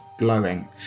glowing